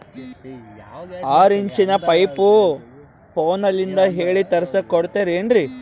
ಆರಿಂಚಿನ ಪೈಪು ಫೋನಲಿಂದ ಹೇಳಿ ತರ್ಸ ಕೊಡ್ತಿರೇನ್ರಿ?